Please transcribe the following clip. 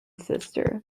sister